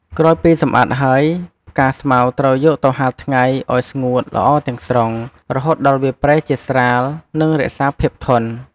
ក្រោយពីសម្អាតហើយ ផ្កាស្មៅត្រូវយកទៅហាលថ្ងៃឲ្យស្ងួតល្អទាំងស្រុង រហូតដល់វាប្រែជាស្រាល និងរក្សាភាពធន់។